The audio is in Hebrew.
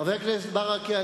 חבר הכנסת ברכה,